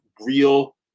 real